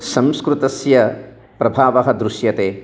संस्कृतस्य प्रभावः दृश्यते